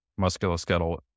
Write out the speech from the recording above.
musculoskeletal